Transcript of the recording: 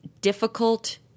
difficult –